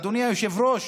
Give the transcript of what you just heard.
אדוני היושב-ראש,